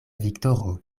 viktoro